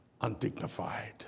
undignified